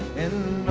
and